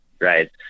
Right